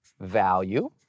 value